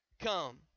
Come